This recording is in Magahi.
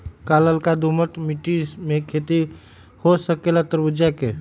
का लालका दोमर मिट्टी में खेती हो सकेला तरबूज के?